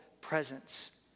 presence